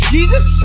Jesus